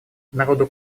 народу